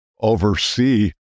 oversee